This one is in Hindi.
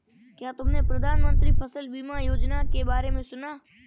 क्या तुमने प्रधानमंत्री फसल बीमा योजना के बारे में सुना?